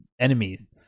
enemies